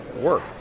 work